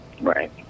Right